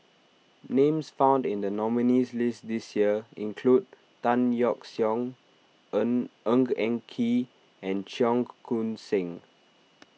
names found in the nominees' list this year include Tan Yeok Seong Ng Eng and Kee and Cheong Koon Seng